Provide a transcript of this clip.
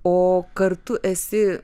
o kartu esi